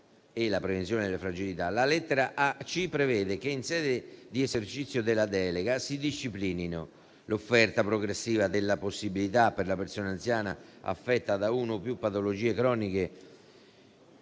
la lettera *c)* prevede che, in sede di esercizio della delega, si disciplinino: l'offerta progressiva della possibilità, per la persona anziana affetta da uno o più patologie croniche,